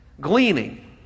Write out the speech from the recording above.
Gleaning